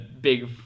big